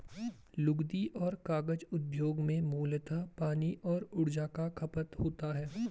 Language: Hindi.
लुगदी और कागज उद्योग में मूलतः पानी और ऊर्जा का खपत होता है